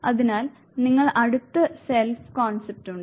അതിനാൽ നിങ്ങളുടെ അടുത്ത് സെൽഫ് കോൺസെപ്റ്റുണ്ട്